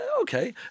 Okay